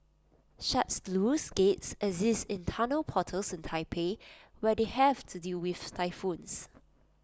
such sluice gates exist in tunnel portals in Taipei where they have to deal with typhoons